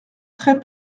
très